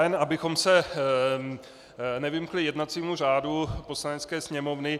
Jen abychom se nevymkli jednacímu řádu Poslanecké sněmovny.